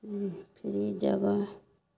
free जगह